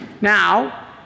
Now